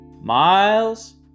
Miles